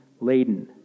laden